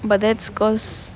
but that's because